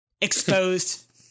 Exposed